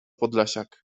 podlasiak